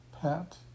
pet